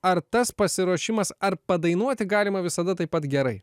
ar tas pasiruošimas ar padainuoti galima visada taip pat gerai